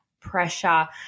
pressure